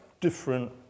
different